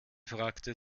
fragte